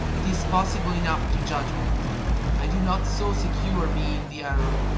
it is possible enough to judgement i do not so secure me in the error,